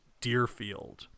Deerfield